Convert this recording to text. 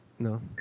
No